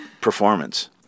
performance